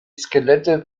skelette